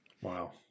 Wow